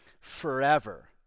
forever